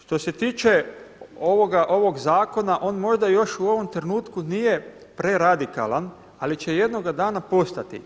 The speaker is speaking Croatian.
Što se tiče ovog zakona on možda još u ovom trenutku nije preradikalan, ali će jednoga dana postati.